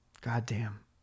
Goddamn